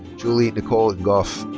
julie nicole gough.